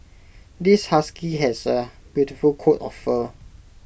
this husky has A beautiful coat of fur